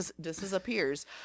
disappears